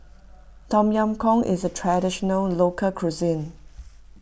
Tom Yam Goong is a Traditional Local Cuisine